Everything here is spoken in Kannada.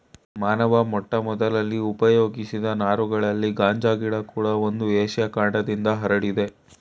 ಮಾನವ ಮೊಟ್ಟಮೊದಲಲ್ಲಿ ಉಪಯೋಗಿಸಿದ ನಾರುಗಳಲ್ಲಿ ಗಾಂಜಾ ಗಿಡ ಕೂಡ ಒಂದು ಏಷ್ಯ ಖಂಡದಿಂದ ಹರಡಿದೆ